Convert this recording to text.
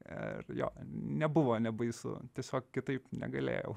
ir jo nebuvo nebaisu tiesiog kitaip negalėjau